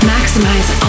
Maximize